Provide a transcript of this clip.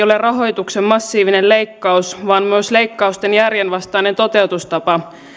ole rahoituksen massiivinen leikkaus vaan myös leikkausten järjenvastainen toteutustapa